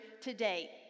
today